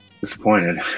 disappointed